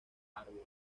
árbol